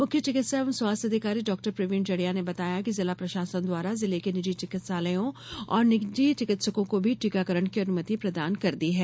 मुख्य चिकित्सा एवं स्वास्थ्य अधिकारी डॉ प्रवीण जड़िया ने बताया कि जिला प्रशासन द्वारा जिले के निजी चिकित्सालयों और निजी चिकित्सकों को भी टीकाकरण की अनुमति प्रदान कर दी है